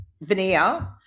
veneer